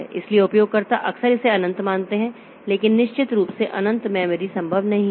इसलिए उपयोगकर्ता अक्सर इसे अनंत मानते हैं लेकिन निश्चित रूप से अनंत मेमोरी संभव नहीं है